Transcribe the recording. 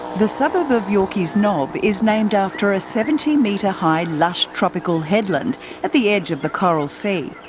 the suburb of yorkeys knob is named after a seventy metre high lush tropical headland at the edge of the coral sea,